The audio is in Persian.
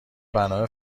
برنامه